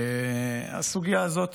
הסוגיה הזאת